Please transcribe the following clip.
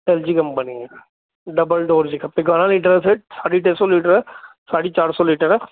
L G company जो double door जी खपे घणा लीटर सेठ साढी टे सौ लीटर साढी चारि सौ लीटर